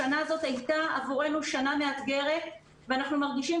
השנה הזאת הייתה עבורנו שנה מאתגרת ואנחנו מרגישים